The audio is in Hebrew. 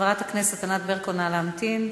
חברת הכנסת ענת ברקו, נא להמתין.